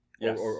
Yes